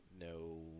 No